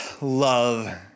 love